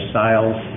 sales